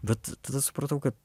bet tada supratau kad